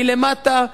מלמטה,